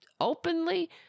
openly